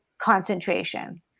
concentration